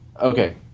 Okay